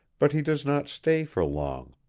but he does not stay for long.